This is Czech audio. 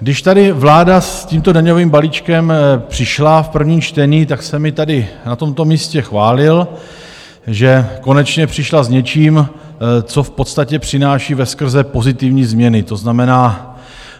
Když tady vláda s tímto daňovým balíčkem přišla v prvním čtení, tak jsem ji tady na tomto místě chválil, že konečně přišla s něčím, co v podstatě přináší veskrze pozitivní změny, to znamená